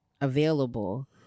available